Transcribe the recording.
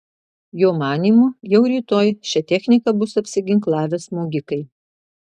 jo manymu jau rytoj šia technika bus apsiginklavę smogikai